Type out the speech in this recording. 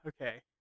Okay